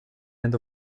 end